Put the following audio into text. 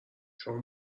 چون